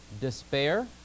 despair